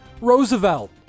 Roosevelt